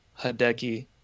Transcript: Hideki